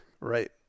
Right